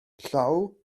llaw